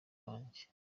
banjye